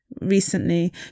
recently